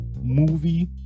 movie